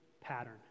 pattern